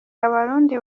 abarundi